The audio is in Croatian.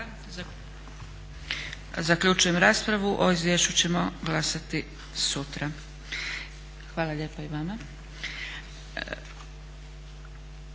Zaključujem raspravu. O izvješću ćemo glasati sutra. Hvala lijepa i vama.